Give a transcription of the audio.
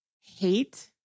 hate